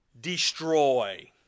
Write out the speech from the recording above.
destroy